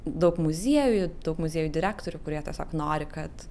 daug muziejų daug muziejų direktorių kurie tiesiog nori kad